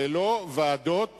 ולא ועדות